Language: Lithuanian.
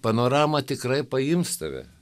panorama tikrai paims tave